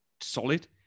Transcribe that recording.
solid